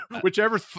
Whichever